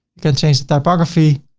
you can change the topography,